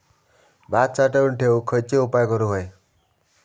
भात साठवून ठेवूक खयचे उपाय करूक व्हये?